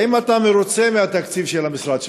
האם אתה מרוצה מהתקציב של המשרד שלך?